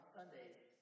Sundays